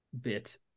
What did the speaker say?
bit